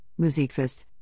Musikfest